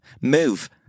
Move